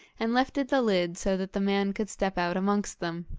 and lifted the lid so that the man could step out amongst them.